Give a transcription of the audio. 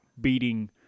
beating